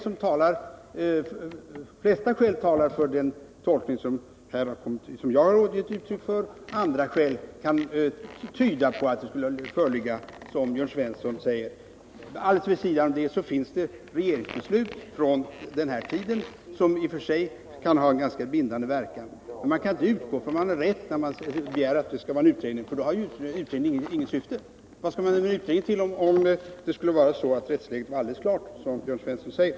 De flesta skäl talar för den tolkning som jag gett uttryck för. Andra skäl kan tyda på att förhållandena skulle vara som Jörn Svensson säger. Helt vid sidan av detta finns det ett regeringsbeslut från den här tiden, som i och för sig kan ha ganska bindande verkan. Man kan inte utgå från att man har rätt när man begär en utredning, för då har ju utredningen inget syfte. Vad skall man-med en utredning till om rättsläget skulle vara alldeles klart, som Jörn Svensson säger?